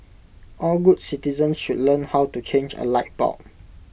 all good citizens should learn how to change A light bulb